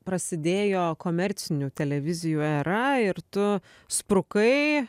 prasidėjo komercinių televizijų era ir tu sprukai